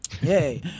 Yay